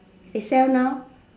they sell now